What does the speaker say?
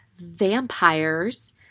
vampires